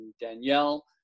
Danielle